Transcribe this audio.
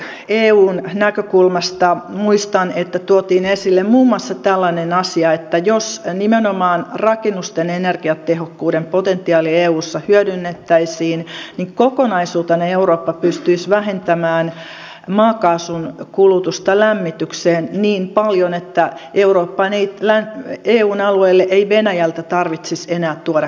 koko eun näkökulmasta muistan että tuotiin esille muun muassa tällainen asia että jos nimenomaan rakennusten energiatehokkuuden potentiaali eussa hyödynnettäisiin niin kokonaisuutena eurooppa pystyisi vähentämään maakaasun kulutusta lämmitykseen niin paljon että eun alueelle ei venäjältä tarvitsisi enää tuoda kaasua